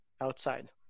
outside